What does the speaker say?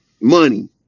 Money